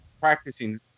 practicing